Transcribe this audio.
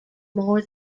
more